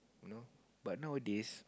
you know but nowadays